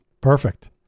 Perfect